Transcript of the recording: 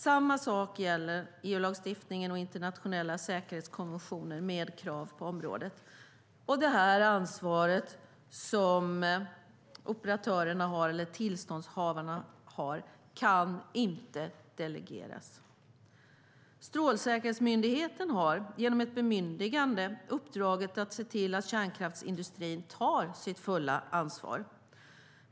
Samma sak gäller EU-lagstiftning och internationella säkerhetskonventioner med krav på området. Ansvaret som tillståndshavarna har kan inte delegeras. Strålsäkerhetsmyndigheten har, genom ett bemyndigande, uppdraget att se till att kärnkraftsindustrin tar sitt fulla ansvar.